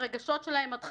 באופן שהוא יכול להציג כלפי